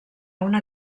una